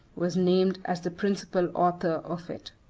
was named as the principal author of it.